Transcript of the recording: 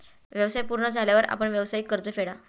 व्यवसाय पूर्ण झाल्यावर आपण व्यावसायिक कर्ज फेडा